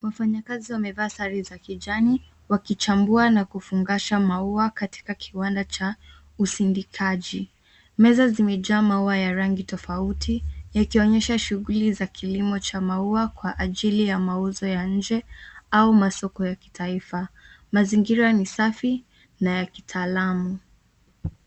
Wafanyikazi wamevaa sare za kijani wakichambua na kufungasha maua katika kiwanda cha usindikaji. Meza zimejaa maua ya rangi tofauti ikionyesha shuguli za kilimo cha maua kwa ajili ya mauzo ya nje au masoko ya kitaifa. Mazingira ni safi na ya kitaalamu.